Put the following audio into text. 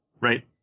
right